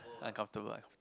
uncomfortable uncomfortable